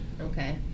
Okay